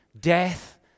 death